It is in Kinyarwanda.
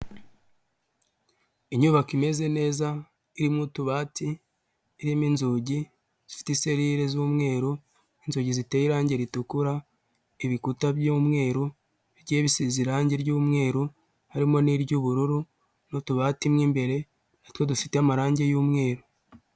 Inyubako imeze neza irimo utubati, irimo inzugi zifite selile z'umweru, n'inzugi ziteye irangi ritukura, ibikuta by'umweru bike bisize irangi ry'umweru harimo n'iry'ubururu, n'utubati mo imbere natwo dufite amarangi y'umweru.